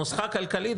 נוסחה כלכלית,